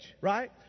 right